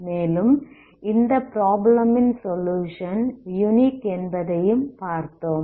மேலும் இந்த ப்ராப்ளம் ன் சொலுயுஷன் யுனிக் என்பதையும் பார்த்தோம்